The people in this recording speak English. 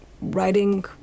writing